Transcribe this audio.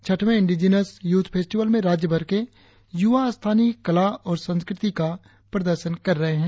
छठवें indigenous youth festival में राज्य भर के यूवा स्थानीय कला और संस्कृति का प्रदर्शन कर रहे है